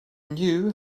knew